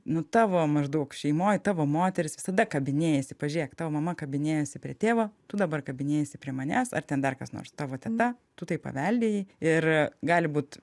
nu tavo maždaug šeimoj tavo moteris visada kabinėjasi pažiūrėk tavo mama kabinėjasi prie tėvo tu dabar kabinėjiesi prie manęs ar ten dar kas nors tavo teta tu tai paveldėjai ir gali būt